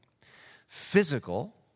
physical